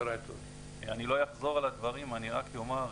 אני לא אחזור על הדברים, אני רק אומר,